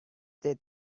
they